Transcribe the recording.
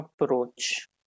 approach